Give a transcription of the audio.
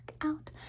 out